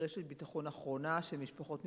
כרשת ביטחון אחרונה של משפחות נזקקות.